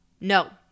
No